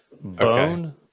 Bone